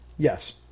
Yes